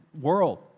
world